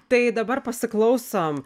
tai dabar pasiklausom